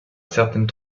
certaines